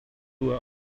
were